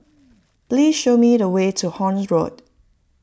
please show me the way to Horne Road